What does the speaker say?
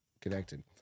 connected